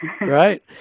Right